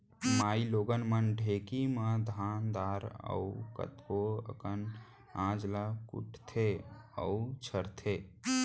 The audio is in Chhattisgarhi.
माइलोगन मन ढेंकी म धान दार अउ कतको अकन अनाज ल कुटथें अउ छरथें